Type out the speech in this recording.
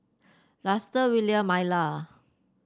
Luster Willia Myla